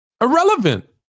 Irrelevant